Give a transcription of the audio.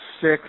six